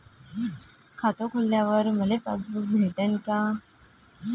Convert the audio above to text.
खातं खोलल्यावर मले पासबुक भेटन का?